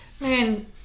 Man